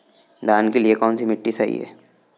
धान के लिए कौन सी मिट्टी सही है?